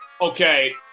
okay